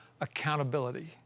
accountability